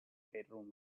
bedroom